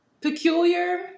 peculiar